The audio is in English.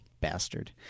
Bastard